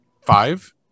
five